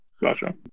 Gotcha